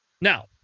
Now